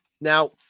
Now